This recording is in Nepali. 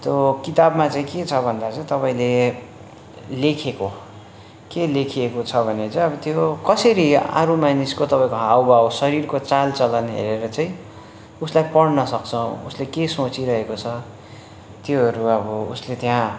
त्यो किताबमा चाहिँ के छ भन्दा चाहिँ तपाईँले लेखेको के लेखिएको छ भने चाहिँ अब त्यो कसरी अरू मानिसको तपाईँको हाउभाउ शरीरको चाल चलन हेरेर चाहिँ उसलाई पढन सक्छ उसले के सोचिरहेको छ त्योहरू अब उसले त्यहाँ